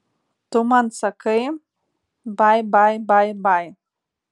tu man sakai bai bai bai bai